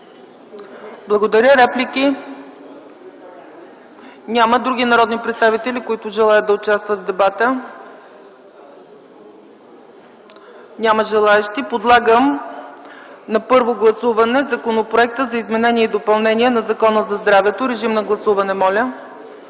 Благодаря. Реплики? Няма. Други народни представители, които желаят да участват в дебата? Няма желаещи. Подлагам на първо гласуване Законопроекта за изменение и допълнение на Закона за здравето. Гласували